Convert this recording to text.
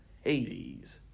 Hades